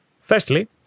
Firstly